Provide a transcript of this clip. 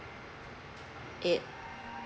it